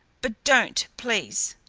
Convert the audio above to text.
but don't, please.